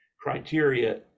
criteria